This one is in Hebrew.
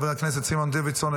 חבר הכנסת סימון דוידסון,